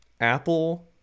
apple